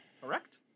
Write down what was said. correct